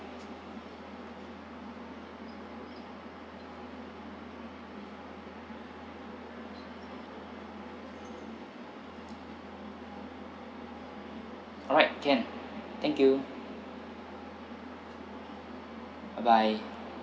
alright can thank you bye bye